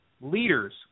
leaders